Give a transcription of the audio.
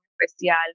especial